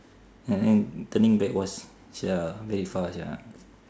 and then turning back was shit ah very far sia